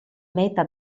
meta